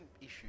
issue